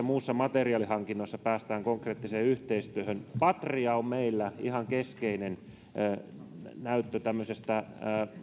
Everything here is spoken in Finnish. muissa materiaalihankinnoissa on tärkeää päästä konkreettiseen yhteistyöhön patria on meillä ihan keskeinen näyttö tämmöisestä